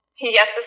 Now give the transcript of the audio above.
Yes